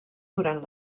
durant